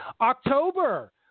October